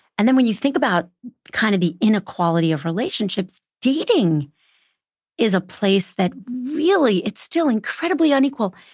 and then, when you think about kind of the inequality of relationships, dating is a place that really, it's still incredibly unequal.